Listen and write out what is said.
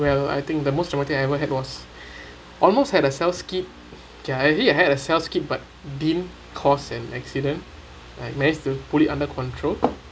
well I think the most traumatic I ever had was almost had a cell skit okay actually I had a cell skit but didn't caused an accident I manage to put it under control